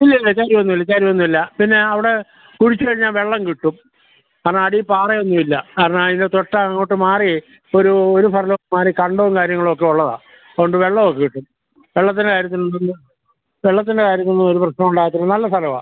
ഇല്ല ഇല്ല ചരിവൊന്നുമില്ല ചരിവൊന്നുമില്ല പിന്നെ അവിടെ കുഴിച്ച് കഴിഞ്ഞാൽ വെള്ളം കിട്ടും കാരണം അടീടിയിൽ പാറയൊന്നും ഇല്ല കാരണം അതിൻ്റെ തൊട്ട് അങ്ങോട്ട് മാറി ഒരു ഒരു ഫർലോംഗ് മാറി കണ്ടം കാര്യങ്ങളൊക്കെ ഉള്ളതാണ് അതുകൊണ്ട് വെള്ളമൊക്കെ കിട്ടും വെള്ളത്തിൻ്റെ കാര്യത്തിൽ അധികം വെള്ളത്തിൻ്റെ കാര്യത്തിൽ ഒന്നും ഒരു പ്രശ്നം ഉണ്ടാവില്ല നല്ല സ്ഥലമാണ്